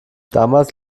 damals